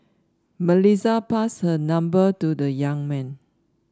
Melissa passed her number to the young man